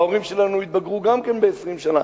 גם ההורים שלנו התבגרו ב-20 שנה.